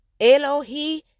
Elohi